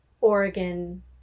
Oregon